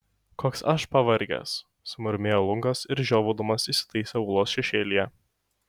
koks aš pavargęs sumurmėjo lungas ir žiovaudamas įsitaisė uolos šešėlyje